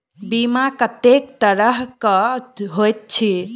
बीमा कत्तेक तरह कऽ होइत छी?